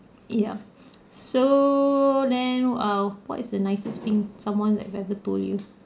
ya so then err what is the nicest thing someone that ever told you